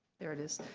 there it is.